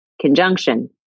conjunction